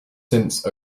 since